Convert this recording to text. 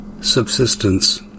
subsistence